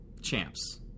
champs